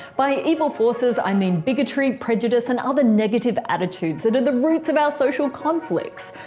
by evil forces i mean bigotry, prejudice and other negative attitudes that are the roots of our social conflicts.